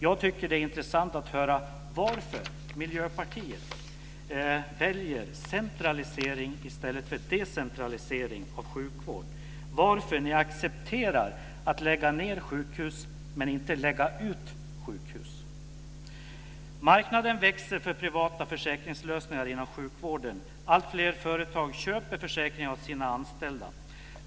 Jag tycker att det är intressant att få höra varför Miljöpartiet väljer centralisering i stället för decentralisering av sjukvård. Varför accepterar ni att lägga ned sjukhus men inte att lägga ut sjukhus? Marknaden växer för privata försäkringslösningar inom sjukvården. Alltfler företag köper försäkringar åt sina anställda.